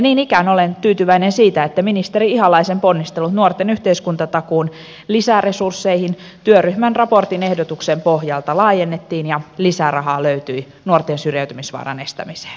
niin ikään olen tyytyväinen ministeri ihalaisen ponnisteluihin ja siihen että nuorten yhteiskuntatakuun lisäresursseja työryhmän raportin ehdotuksen pohjalta laajennettiin ja lisärahaa löytyi nuorten syrjäytymisvaaran estämiseen